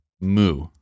Moo